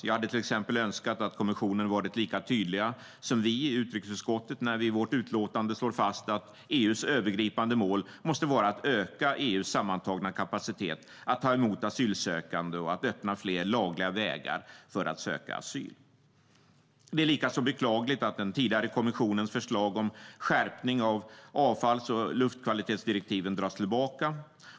Jag hade till exempel önskat att kommissionen varit lika tydlig som vi i utrikesutskottet när vi i vårt utlåtande slår fast att EU:s övergripande mål måste vara att öka EU:s sammantagna kapacitet att ta emot asylsökande och att öppna fler lagliga vägar för att söka asyl. Det är likaså beklagligt att den tidigare kommissionens förslag om skärpning av avfalls och luftkvalitetsdirektiven dras tillbaka.